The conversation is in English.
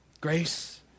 Grace